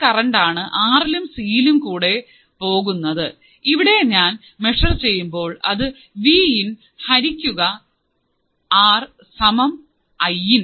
ഒരേ കറണ്ട് ആണ് ആർലും സി യിലും കൂടെ പോകുന്നത് ഇവിടെ ഞാൻ മെഷർ ചെയ്യുമ്പോൾ അത് വി ഇൻ ഹരിക്കുക ആറ് സമം ഐ ഇൻ